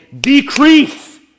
Decrease